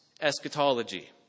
eschatology